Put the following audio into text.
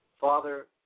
Father